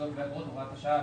תעודות ואגרות) (הוראת שעה),